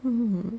mm